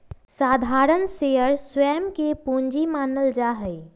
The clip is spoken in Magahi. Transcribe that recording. साधारण शेयर स्वयं के पूंजी मानल जा हई